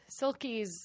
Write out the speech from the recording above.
Silkies